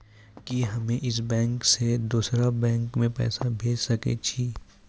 कि हम्मे इस बैंक सें दोसर बैंक मे पैसा भेज सकै छी?